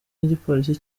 n’igipolisi